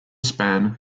span